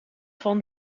van